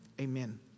amen